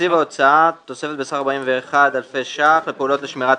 תקציב ההוצאה בתוספת בסך של 41,000 אלפי ש"ח לפעולות לשמירת